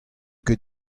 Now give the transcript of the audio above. ket